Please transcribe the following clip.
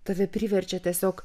tave priverčia tiesiog